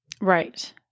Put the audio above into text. Right